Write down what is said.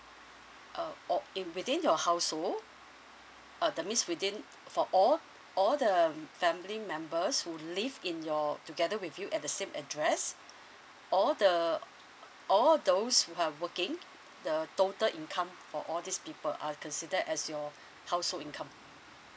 uh or in within your household uh that means within for all all the family members who live in your together with you at the same address all the all those who are working the total income for all these people are considered as your household income